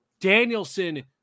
danielson